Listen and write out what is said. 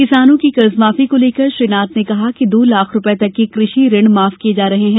किसानों की कर्जमाफी को लेकर श्री नाथ ने कहा कि दो लाख रुपये तक के कृषि ऋण माफ किये जा रहे हैं